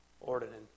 ordinance